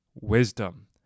wisdom